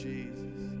Jesus